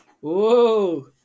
Whoa